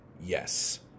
yes